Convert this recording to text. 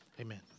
Amen